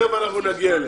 תיכף אנחנו נגיע אליהם.